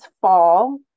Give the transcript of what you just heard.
fall